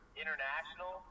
international